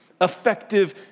effective